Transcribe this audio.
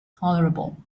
tolerable